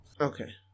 Okay